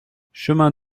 chemin